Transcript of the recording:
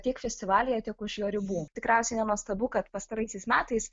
tiek festivalyje tik už jo ribų tikriausiai nenuostabu kad pastaraisiais metais